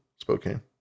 Spokane